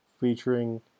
featuring